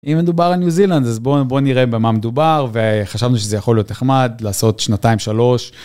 אם מדובר על ניו-זילנד אז בואו, בואו נראה במה מדובר, וחשבנו שזה יכול להיות נחמד לעשות שנתיים-שלוש.